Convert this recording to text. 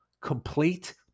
complete